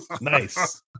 Nice